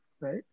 right